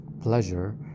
pleasure